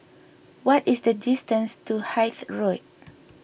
what is the distance to Hythe Road